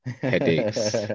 headaches